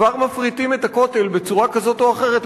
כבר מפריטים את הכותל בצורה כזאת או אחרת,